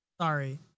Sorry